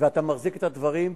ואתה מחזיק את הדברים,